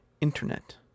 internet